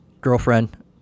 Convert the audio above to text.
girlfriend